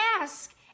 ask